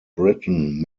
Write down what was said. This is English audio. britain